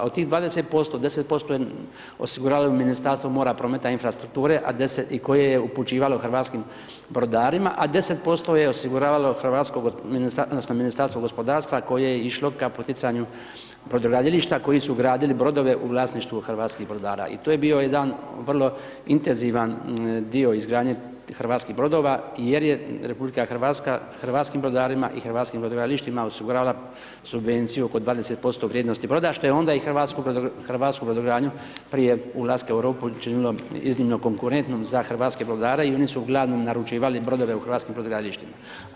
Od tih 20%, 10% je osiguravalo Ministarstvo mora, prometa i infrastrukture, i koje je upućivalo hrvatskim brodarima, a 10% je osiguravalo hrvatsko odnosno Ministarstvo gospodarstva koje je išlo ka poticanju brodogradilišta koji su gradili brodove u vlasništvu hrvatskih brodara i to je bio jedan vrlo intenzivan dio izgradnje hrvatskih brodova jer je RH hrvatskim brodarima i hrvatskim brodogradilištima osigurala subvenciju oko 20% vrijednosti broda, što je onda i hrvatsku brodogradnju prije ulaska u Europu učinilo iznimno konkurentom za hrvatske brodare i oni su ugl. naručivali brodove u hrvatskim brodogradilištima.